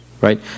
right